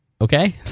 Okay